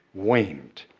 waned.